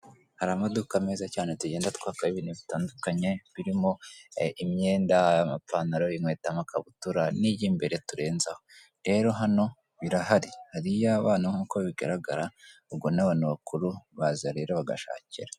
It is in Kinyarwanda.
Hari amaduka meza cyane tugenda twaka ibintu bitandukanye birimo imyenda y'amapantaro, inkweto, amakabutura n'iy'imbere turenzaho rero hano birahari hari iy'abana riya bana nk'uko bigaragara ubwo n'abantu bakuru baza rero bagashakira.